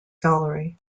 salary